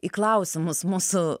į klausimus mūsų